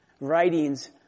writings